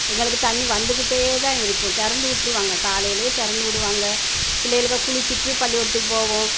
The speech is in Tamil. எங்களுக்கு தண்ணி வந்துக்கிட்டேதான் இருக்கும் திறந்து விட்ருவாங்க காலையிலே திறந்து விடுவாங்க பிள்ளைகளுக குளிச்சுட்டு பள்ளிக்கூடத்துக்குப் போகவும்